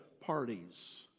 parties